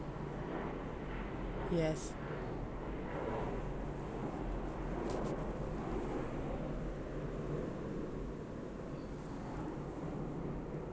yes